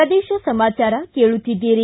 ಪ್ರದೇಶ ಸಮಾಚಾರ ಕೇಳುತ್ತೀದ್ದಿರಿ